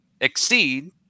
exceed